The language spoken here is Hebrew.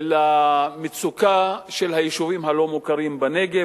למצוקה של היישובים הלא-מוכרים בנגב.